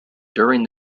during